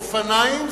אופניים,